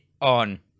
on